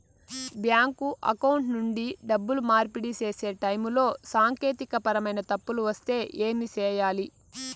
bank account నుండి డబ్బులు మార్పిడి సేసే టైములో సాంకేతికపరమైన తప్పులు వస్తే ఏమి సేయాలి